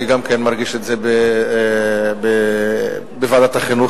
אני גם מרגיש את זה בוועדת החינוך,